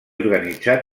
organitzar